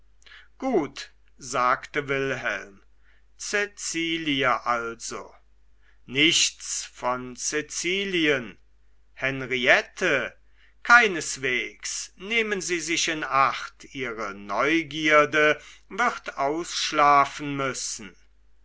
gut sagte wilhelm cecilie also nichts von cecilien henriette keineswegs nehmen sie sich in acht ihre neugierde wird ausschlafen müssen